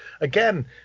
again